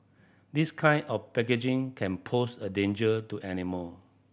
this kind of packaging can pose a danger to animal